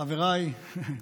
חבריי,